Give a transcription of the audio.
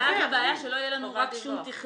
אבל אז הבעיה היא שלא יהיה לנו שום תכלול.